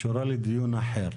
קשורה לדיון אחר.